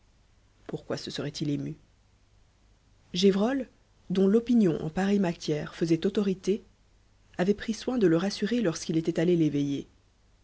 pourquoi se serait-il ému gévrol dont l'opinion en pareille matière faisait autorité avait pris soin de le rassurer lorsqu'il était allé l'éveiller